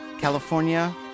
California